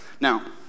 Now